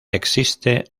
existe